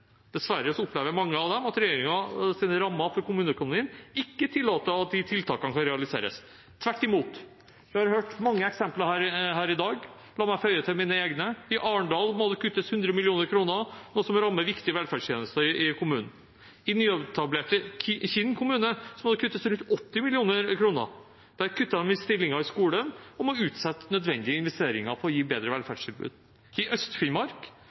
Dessverre opplever mange av dem at regjeringens rammer til kommuneøkonomien ikke tillater at tiltakene kan realiseres. Tvert imot, vi har hørt mange eksempler her i dag. La meg føye til mine egne. I Arendal må det kuttes 100 mill. kr, noe som rammer viktige velferdstjenester i kommunen. I nyetablerte Kinn kommune må det kuttes rundt 80 mill. kr. Der kutter de i stillinger i skolen og må utsette nødvendige investeringer for å gi bedre velferdstilbud. I